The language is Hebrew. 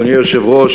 אדוני היושב-ראש,